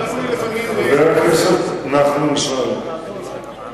חבר הכנסת נחמן שי,